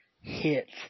hits